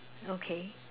okay